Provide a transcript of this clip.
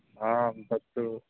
आं तत्तु